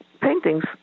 paintings